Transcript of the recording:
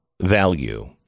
value